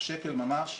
השקל ממש,